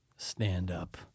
Stand-up